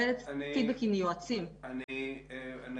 אני מקבלת פידבקים מיועצים.